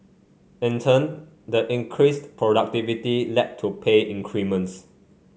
in turn the increased productivity led to pay increments